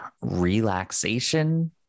relaxation